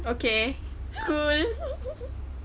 okay cool